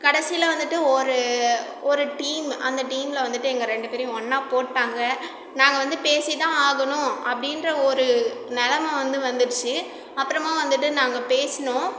கடைசியில் வந்துவிட்டு ஒரு ஒரு டீம்மு அந்த டீமில் வந்துவிட்டு எங்கள் ரெண்டு பேரையும் ஒன்னாக போட்டாங்க நாங்கள் வந்து பேசிதான் ஆகணும் அப்படின்ற ஒரு நெலமை வந்து வந்துடுச்சு அப்புறமா வந்துவிட்டு நாங்கள் பேசினோம்